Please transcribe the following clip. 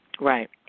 Right